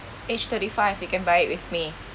age thirty five you can buy it with me